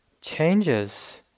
changes